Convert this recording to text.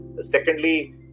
Secondly